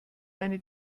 eine